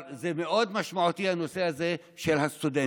זה משמעותי מאוד, הנושא הזה של הסטודנטים.